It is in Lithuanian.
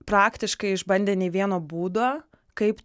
praktiškai išbandę nei vieno būdo kaip